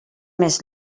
més